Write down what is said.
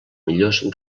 millors